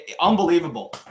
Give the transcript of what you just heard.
unbelievable